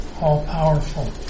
all-powerful